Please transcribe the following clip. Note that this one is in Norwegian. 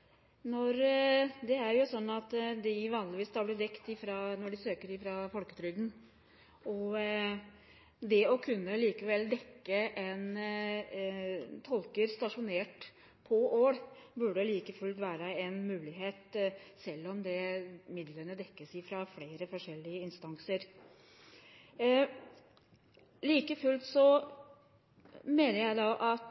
blir vanligvis dekket etter søknad til folketrygden. Det å kunne dekke tolker stasjonert i Ål burde like fullt være en mulighet, selv om midlene dekkes av flere forskjellige instanser. Like fullt mener jeg at